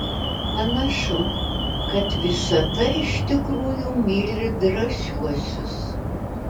panašu kad visata iš tikrųjų myli drąsiuosius